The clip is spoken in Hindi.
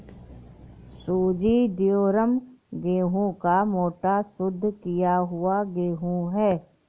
सूजी ड्यूरम गेहूं का मोटा, शुद्ध किया हुआ गेहूं है